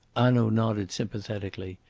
hanaud nodded sympathetically,